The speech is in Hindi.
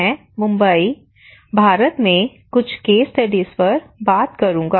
मैं मुंबई भारत में कुछ केस स्टडीज पर बात करूंगा